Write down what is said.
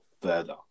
further